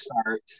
start